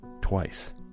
twice